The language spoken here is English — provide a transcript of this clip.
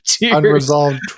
unresolved